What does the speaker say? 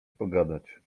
pogadać